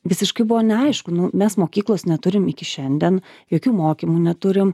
visiškai buvo neaišku nu mes mokyklos neturim iki šiandien jokių mokymų neturim